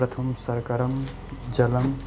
कथं सर्करं जलं